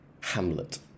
Hamlet